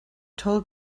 told